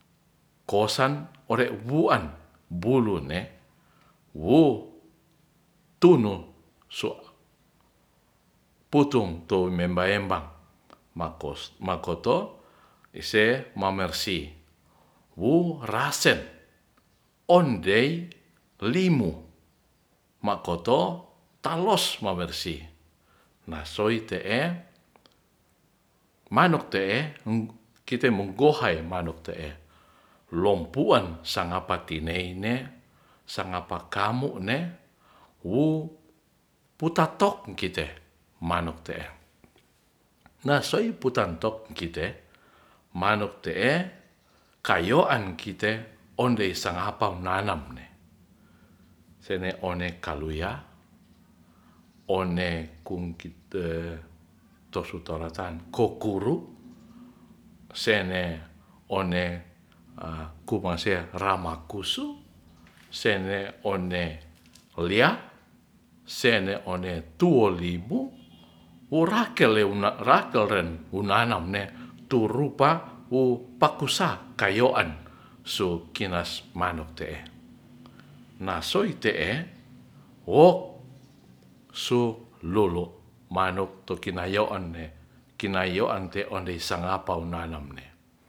Kosan ore wuan bulune wu tuno so putong to memba embang makoto se mamersih wu rasen ondei limo makoto talos mawersih na soi te'e manuk te'e kite mo gohai manuk te'e lompuan sangapati nei ne sangapa kamu ne wu putaktok kite manuk te'e nasoi putan tok kite manuj te'e kayowan kite ondei sangapam nanam ne sene one kaluya one kum kite tosu to ratahan kokuru sene one kuma se rama kusu sene one lia sene one tuol libu worakel le nda ra toren wunanam ne tu rupa wu pakusa kayoan suu kinas manuk te'e nasoi te'e wok su lolo manuk to kinayoan ne kinayoan te indei sangapa nanam ne